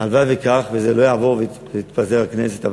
הלוואי שכך וזה לא יעבור ותתפזר הכנסת,